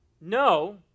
no